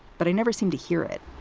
but i never seem to hear it.